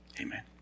amen